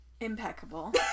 Impeccable